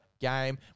game